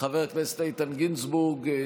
חבר הכנסת איתן גינזבורג.